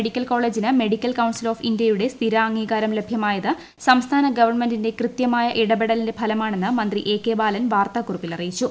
medical കോളേജിന് medical council of ഇന്ത്യയുടെ സ്ഥിരാംഗീകാരം ലഭ്യമായത് സംസ്ഥാന ഗവർണ്മെന്റിന്റെ കൃത്യമായ ഇടപെടലിന്റെ ഫലമാണെന്ന് മന്ത്രി എ കെ ബാലൻ വാർത്താ കുറിപ്പിൽ അറിയിച്ചു